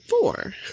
four